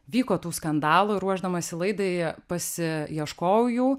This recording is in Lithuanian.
vyko tų skandalų ruošdamasi laidai pasieškojau jų